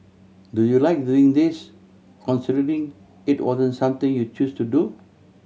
do you like doing this considering it wasn't something you chose to do